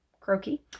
croaky